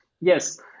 Yes